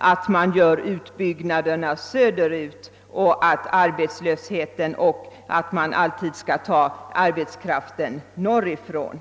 alltid göra utbyggnaden söderut och alltid ta arbetskraften norrifrån?